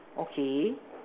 okay